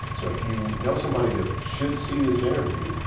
so if you know somebody that should see this interview.